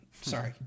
Sorry